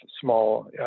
small